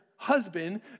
husband